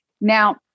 Now